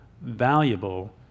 valuable